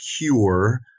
cure